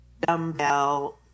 dumbbell